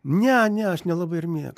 ne ne aš nelabai ir mėgau